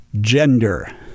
gender